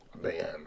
Man